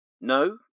No